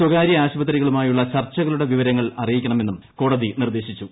സ്വകാര്യ ആശുപത്രികളുമായുള്ള ചർച്ചകളുടെ വിവരങ്ങൾ അറിയിക്കണമെന്നും കോടതി നിർദ്ദേശിച്ചു